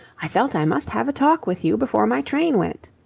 i felt i must have a talk with you before my train went.